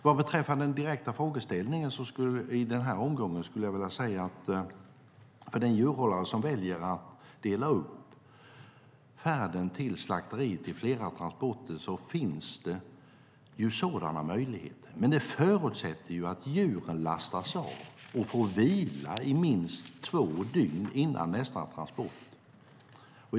Vad beträffar den direkta frågeställningen skulle jag vilja säga att det för den djurhållare som väljer att dela upp färden till slakteriet i flera transporter finns sådana möjligheter, men det förutsätter att djuren lastas av och får vila i minst två dygn innan nästa transport sker.